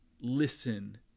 Listen